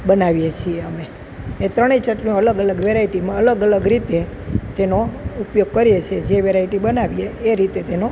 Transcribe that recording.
બનાવીએ છીએ અમે એ ત્રણેય ચટણીઓ અલગ અલગ વેરાયટીમાં અલગ અલગ રીતે તેનો ઉપયોગ કરીએ છીએ જે વેરાયટી બનાવીએ એ રીતે તેનો